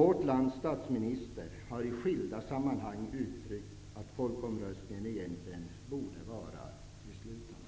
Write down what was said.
Vårt lands statsminister har i skilda sammanhang uttryckt att folkomröstningen egentligen borde vara beslutande.